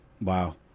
Wow